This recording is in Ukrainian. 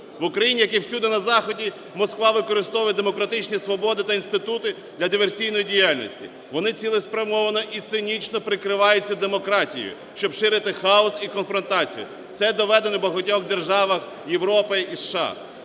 В Україні, як і всюди на Заході, Москва використовує демократичні свободи та інститути для диверсійної діяльності. Вони цілеспрямовано і цинічно прикриваються демократією, щоб ширити хаос і конфронтацію. Це доведено в багатьох державах Європи і США.